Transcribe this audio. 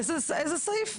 איזה סעיף?